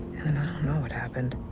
and then i don't know what happened.